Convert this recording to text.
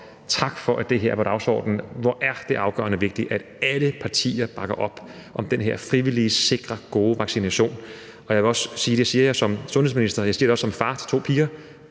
Tak for, at det her var dagsordenen. Hvor er det afgørende vigtigt, at alle partier bakker op om den her frivillige, sikre og gode vaccination. Kl. 19:08 Jeg vil også sige – og jeg siger det som sundhedsminister, og jeg siger det også som far til to piger